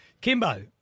Kimbo